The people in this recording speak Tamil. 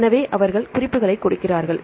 எனவே அவர்கள் குறிப்புகளைக் கொடுக்கிறார்கள்